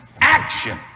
action